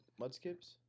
mudskips